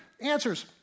answers